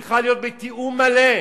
והיא צריכה להיות בתיאום מלא.